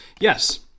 Yes